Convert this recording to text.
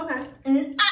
okay